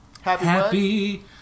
Happy